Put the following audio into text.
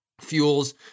fuels